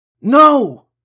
No